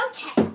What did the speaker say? Okay